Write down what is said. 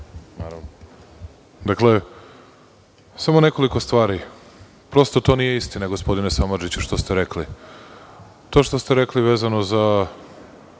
Samo nekoliko stvari. Prosto, to nije istina gospodine Samardžiću što ste rekli. To što ste rekli vezano za